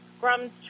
Grum's